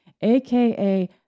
aka